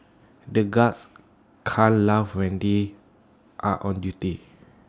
the guards can't laugh when they are on duty